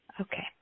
Okay